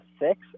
six